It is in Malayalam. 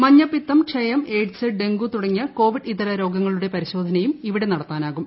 മഞ്ഞപ്പിത്തം ക്ഷയം എയ്ഡ്സ് ഡെങ്കു തുടങ്ങിയ കോവിഡ് ഇതര രോഗങ്ങളുടെ പരിശോധനയും ഇവിടെ നടത്താനാകും